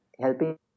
helping